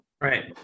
Right